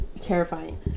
terrifying